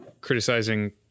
criticizing